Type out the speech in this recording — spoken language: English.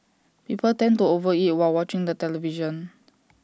people tend to over eat while watching the television